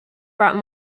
brought